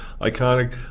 iconic